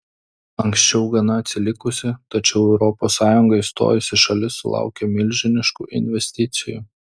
anksčiau gana atsilikusi tačiau į europos sąjungą įstojusi šalis sulaukia milžiniškų investicijų